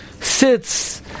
sits